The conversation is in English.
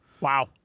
Wow